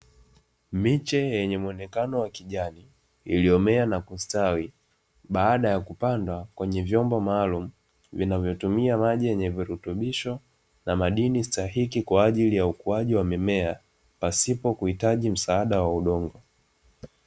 Miche yenye muonekano wa kijani, iliyomea na kustawi, baada ya kupandwa, kwenye vyombo maalumu, vinavyotumia maji yenye virutubisho na madini stahiki kwa ajili ya ukuwaji wa mimea, pasipo kuhitaji msaada wa udongo.